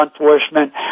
enforcement